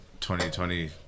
2020